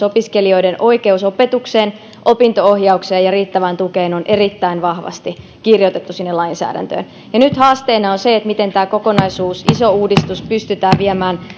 opiskelijoiden oikeus opetukseen opinto ohjaukseen ja riittävään tukeen on erittäin vahvasti kirjoitettu sinne lainsäädäntöön nyt haasteena on se miten tämä kokonaisuus iso uudistus pystytään viemään